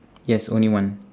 yes only one